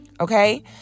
okay